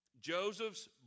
Joseph's